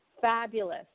fabulous